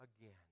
again